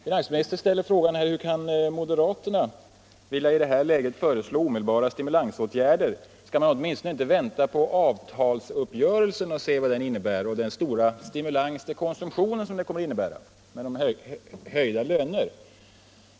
Finansministern ställer frågan: Hur kan moderaterna i det här läget vilja föreslå omedelbara stimulansåtgärder? Skall man åtminstone inte vänta på avtalsuppgörelsen och den starka stimulans av konsumtionen som den kommer att innebära genom höjda löner?